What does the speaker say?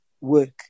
work